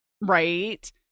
Right